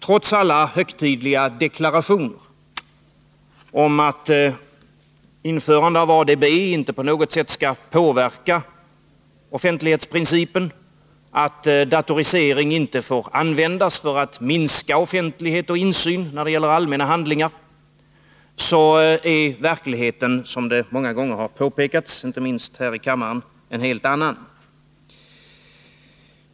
Trots alla högtidliga deklarationer om att införande av ADB inte på något sätt skall påverka offentlighetsprincipen, att datorisering inte får användas för att minska offentlighet och insyn när det gäller allmänna handlingar, är verkligheten, såsom många gånger har påpekats, inte minst här i kammaren, en helt annan.